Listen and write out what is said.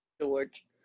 George